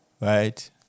right